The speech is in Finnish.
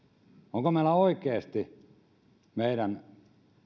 onko meillä oikeasti meidän